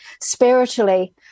spiritually